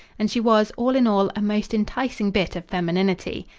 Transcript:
and she was, all in all, a most enticing bit of femininity.